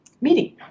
meeting